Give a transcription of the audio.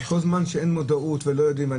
כל זמן שאין מודעות ולא יודעים.